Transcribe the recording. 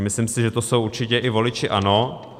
Myslím si, že to jsou určitě i voliči ANO.